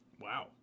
Wow